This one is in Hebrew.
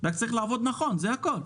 רק צריך לעבוד נכון, זה הכול.